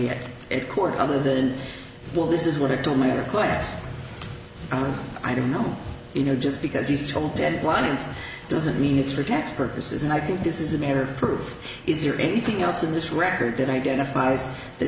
testimony at court other than well this is what it told me or class i don't know you know just because he's told deadlines doesn't mean it's for tax purposes and i think this is a matter of proof is there anything else in this record that identifies the